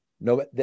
No